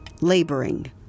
laboring